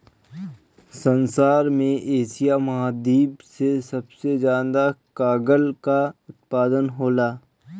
संसार में एशिया महाद्वीप से सबसे ज्यादा कागल कअ उत्पादन होला